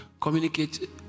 communicate